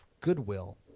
Goodwill